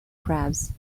crabs